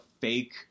fake